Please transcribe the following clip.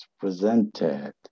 presented